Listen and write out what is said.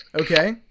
Okay